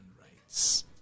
rights